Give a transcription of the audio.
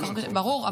ברור.